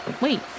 Wait